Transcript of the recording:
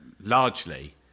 largely